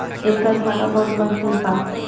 एकर धागा बहुते मजबूत बा